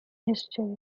history